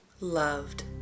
loved